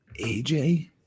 AJ